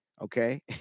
Okay